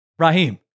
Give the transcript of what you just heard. Raheem